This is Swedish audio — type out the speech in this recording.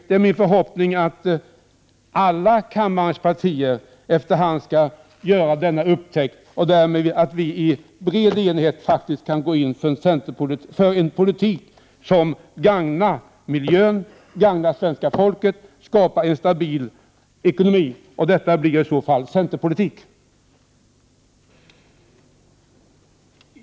Det är min förhoppning att alla kammarens partier efter hand skall göra denna upptäckt och att vi i bred enighet faktiskt kan gå in för en politik som gagnar miljön och svenska folket samt skapar en stabil ekonomi. Det är i så fall centerpolitik som leder till dessa resultat.